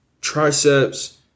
triceps